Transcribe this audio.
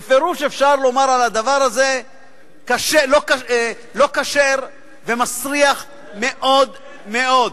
בפירוש אפשר לומר על הדבר הזה: לא כשר ומסריח מאוד מאוד.